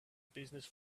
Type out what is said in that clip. business